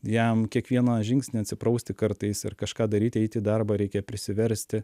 jam kiekvieną žingsnį atsiprausti kartais ir kažką daryti eiti į darbą reikia prisiversti